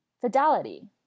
fidelity